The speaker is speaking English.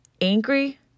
angry